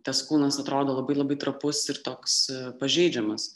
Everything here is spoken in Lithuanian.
tas kūnas atrodo labai labai trapus ir toks pažeidžiamas